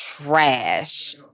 trash